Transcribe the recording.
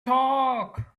talk